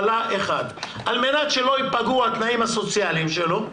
על מנת שלא ייפגעו התנאים הסוציאליים שלו,